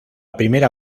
primera